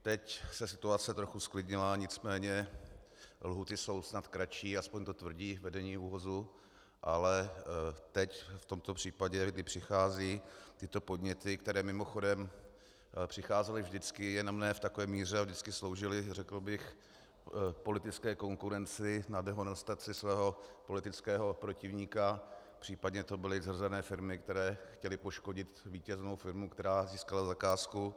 Teď se situace trochu zklidnila, nicméně lhůty jsou snad kratší, alespoň to tvrdí vedení ÚOHS, ale teď, v tomto případě, kdy přicházejí tyto podněty, které mimochodem přicházely vždycky, jenom ne v takové míře, a vždycky sloužily, řekl bych, k politické konkurenci a dehonestaci svého politického protivníka, případně to byly zhrzené firmy, které chtěly poškodit vítěznou firmu, která získala zakázku.